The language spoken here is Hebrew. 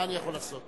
מה אני יכול לעשות.